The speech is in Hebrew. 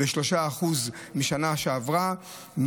של 3% מהשנה שעברה,